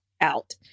out